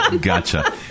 Gotcha